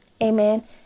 amen